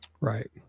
Right